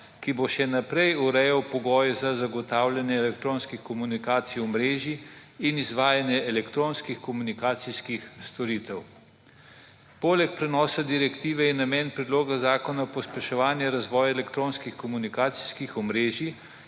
ki bo še naprej urejal pogoje za zagotavljanje elektronskih komunikacij omrežij in izvajanje elektronskih komunikacijskih storitev. Poleg prenosa direktive je namen predloga zakona pospeševanje razvoja elektronskih komunikacijskih omrežij